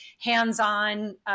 hands-on